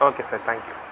okay sir thank you